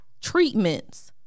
treatments